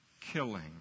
killing